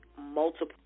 multiple